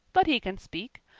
but he can speak.